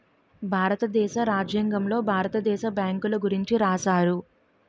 భారతదేశ రాజ్యాంగంలో భారత దేశ బ్యాంకుల గురించి రాశారు